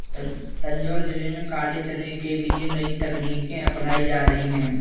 तंजौर जिले में काले चने के लिए नई तकनीकें अपनाई जा रही हैं